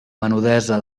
menudesa